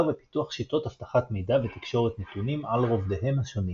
ופיתוח שיטות אבטחת מידע ותקשורת נתונים על רובדיהם השונים,